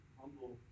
humble